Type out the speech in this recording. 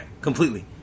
Completely